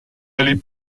aller